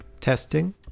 testing